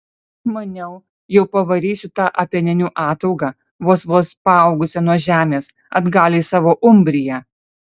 maniau jau pavarysiu tą apeninų ataugą vos vos paaugusią nuo žemės atgal į savo umbriją